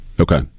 Okay